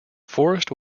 forrest